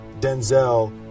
Denzel